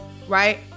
right